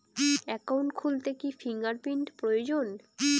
Account খুলতে কি fingerprint প্রয়োজন?